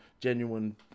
genuine